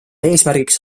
eesmärgiks